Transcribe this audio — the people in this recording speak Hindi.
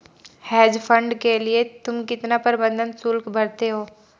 हेज फंड के लिए तुम कितना प्रबंधन शुल्क भरते हो?